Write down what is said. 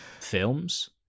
films